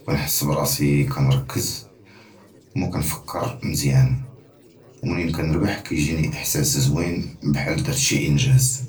וְקַנְחַס בְרַאסִי קִנְרַכְּז וְקִנְפַכְּר מְזִיַאן וּמִנִין קַאנְרִבַּח קִיְג'ינִי אֶחְסַאס זְווִין בְחַל דַרְת שִי אִינְגָ'אז.